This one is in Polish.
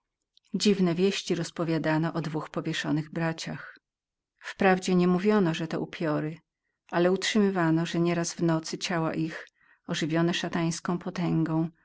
dziwne wieści rozpowiadano o dwóch powieszonych braciach wprawdzie nie mówiono żeby byli upiorami ale utrzymywano że nieraz w nocy ciała ich ożywione szatańską potęgą